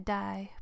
die